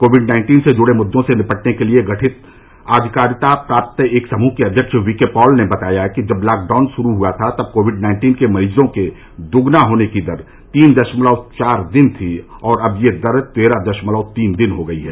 Covid nineteen से जुड़े मुद्दों से निपटने के लिए गठित अधिकारिता प्राप्त एक समूह के अध्यक्ष वी के पॉल ने बताया कि जब लॉकडाउन श्रू हुआ था तब कोविड नाइन्टीन के मरीजों के दोगुना होने की दर तीन दशमलव चार दिन थी और अब यह दर तेरह दशमलव तीन दिन हो गई है